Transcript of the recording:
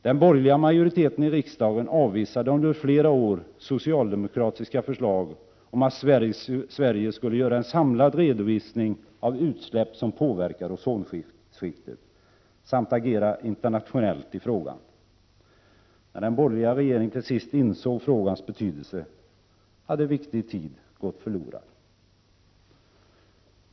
Den borgerliga majoriteten i riksdagen avvisade under flera år socialdemokratiska förslag om att Sverige skulle göra en samlad redovisning av utsläpp som påverkar ozonskiktet samt agera internationellt i frågan. När den borgerliga regeringen till sist insåg frågans betydelse hade viktig tid gått förlorad.